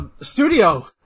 Studio